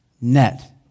net